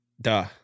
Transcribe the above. Duh